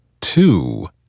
two